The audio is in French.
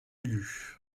lus